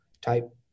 type